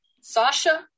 Sasha